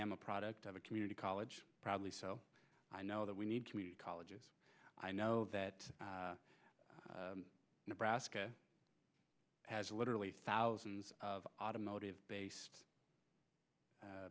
am a product of a community college probably so i know that we need community colleges i know that nebraska has literally thousands of automotive based